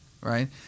right